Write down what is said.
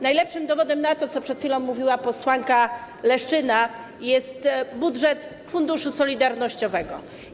Najlepszym dowodem na to, co przed chwilą mówiła posłanka Leszczyna, jest budżet Funduszu Solidarnościowego.